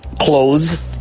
clothes